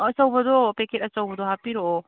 ꯑꯆꯧꯕꯗꯣ ꯄꯦꯀꯦꯠ ꯑꯆꯧꯕꯗꯣ ꯍꯥꯞꯄꯤꯔꯛꯑꯣ